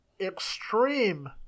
extreme